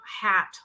hat